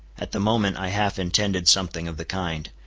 at the moment i half intended something of the kind.